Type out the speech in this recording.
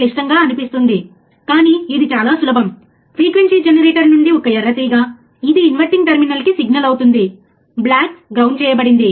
మేము ఇక్కడ మా ఆలోచన కేవలం స్లీవ్ రేటును కొలవడం మరియు స్లీవ్ రేటును కొలవడం కోసం మనం డెల్టా V మరియు డెల్టా t ను కొలవాలి